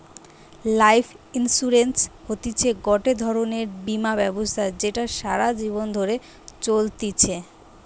life insurance হতিছে গটে ধরণের বীমা ব্যবস্থা যেটা সারা জীবন ধরে চলতিছে